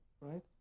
right